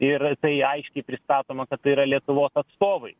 ir tai aiškiai pristatoma kad tai yra lietuvos atstovai